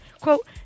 quote